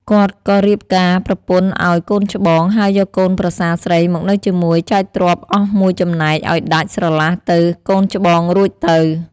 គាត់ក៏រៀបការប្រពន្ធឱ្យ កូនច្បង ហើយយកកូនប្រសាស្រីមកនៅជាមួយចែកទ្រព្យអស់មួយចំណែក ឱ្យដាច់ ស្រឡះទៅកូនច្បងរួចទៅ ។